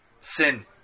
sin